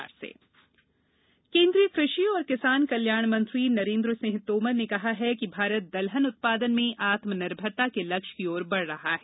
दलहन उत्पादन केंद्रीय कृषि और किसान कल्याण मंत्री नरेंद्र सिंह तोमर ने कहा है कि भारत दलहन उत्पादन में आत्मनिर्भरता के लक्ष्य की ओर बढ़ रहा है